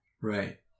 right